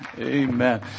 Amen